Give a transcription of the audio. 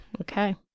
Okay